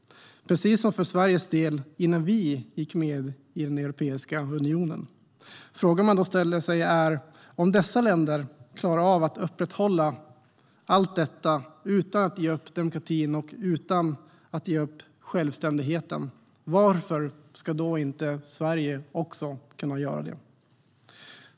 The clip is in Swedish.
Precis så var det för Sverige innan vi gick med i Europeiska unionen. Frågan man då ställer sig är: Om dessa länder klarar av att upprätthålla allt detta utan att ge upp demokratin och självständigheten, varför ska då inte också Sverige kunna göra det?